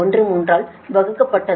13 ஆல் வகுக்கப்பட்டது